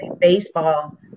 baseball